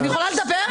אני יכולה לדבר?